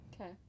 Okay